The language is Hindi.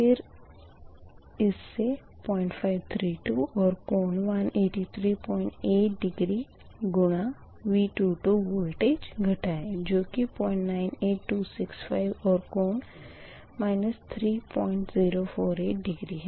फिर इस से 0532 और कोण 1838 डिग्री गुणा V22 वोल्टेज घटाये जो कि 098265 और कोण 3048 डिग्री है